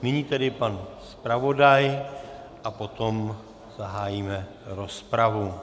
Nyní tedy pan zpravodaj a potom zahájíme rozpravu.